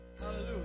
Hallelujah